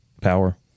power